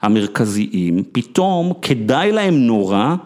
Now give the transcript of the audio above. המרכזיים פתאום כדאי להם נורא